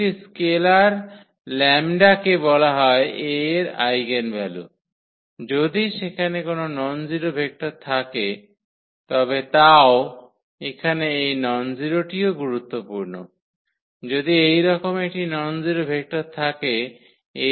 একটি স্কেলার 𝜆 কে বলা হয় A এর আইগেনভ্যালু যদি সেখানে কোন ননজিরো ভেক্টর থাকে তবে তাও এখানে এই ননজিরোটিও গুরুত্বপূর্ণ যদি এইরকম একটি ননজিরো ভেক্টর থাকে 𝐴𝑥 𝜆𝑥